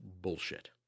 bullshit